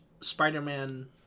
Spider-Man